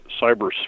cyber